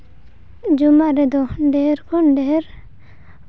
ᱡᱚᱢᱟᱜ ᱨᱮᱫᱚ ᱰᱷᱮᱨ ᱠᱷᱚᱱ ᱰᱷᱮᱨ